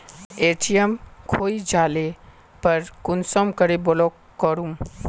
ATM खोये जाले पर कुंसम करे ब्लॉक करूम?